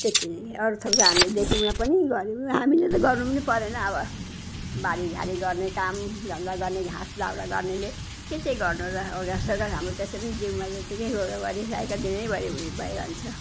त्यति नै अरूथोक त हामीले देख्यौँन पनि जान्यौँन हामीले त गर्नु पनि परेन अब बारीझारी गर्ने कामधन्दा गर्ने घाँसदाउरा गर्नेले के चाहिँ गर्नु र योगासोगा हाम्रो त्यसै पनि जिउमा चाहिँ त्यतिकै योगा गरिरहेको दिनैभरि भइरहन्छ